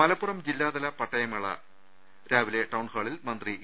മലപ്പുറം ജില്ലാതല പട്ടയ മേള രാവിലെ ടൌൺഹാളിൽ മന്ത്രി ഇ